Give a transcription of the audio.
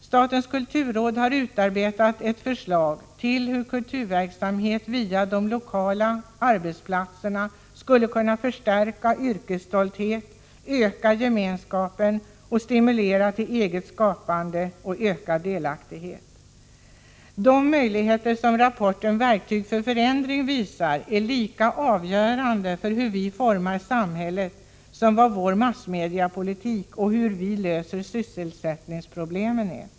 Statens kulturråd har utarbetat ett förslag till hur kulturverksamhet via de lokala arbetsplatserna skulle kunna förstärka yrkesstoltheten, öka gemenskapen och stimulera till eget skapande och ökad delaktighet. De möjligheter som rapporten ”Verktyg för förändring” visar är lika avgörande för hur vi formar samhället som vad vår massmediepolitik och hur vi löser sysselsättningsproblemen är.